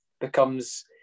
becomes